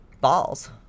Balls